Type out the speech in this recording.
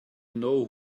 know